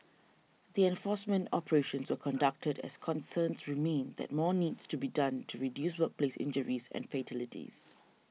the enforcement operations were conducted as concerns remain that more needs to be done to reduce workplace injuries and fatalities